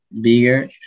bigger